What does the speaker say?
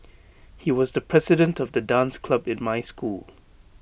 he was the president of the dance club in my school